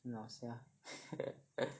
很好笑